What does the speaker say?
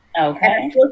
Okay